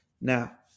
Now